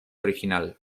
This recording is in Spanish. original